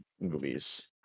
movies